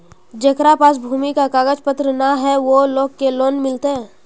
जेकरा पास भूमि का कागज पत्र न है वो लोग के लोन मिलते?